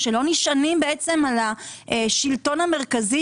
שלא נשענות על השלטון המרכזי,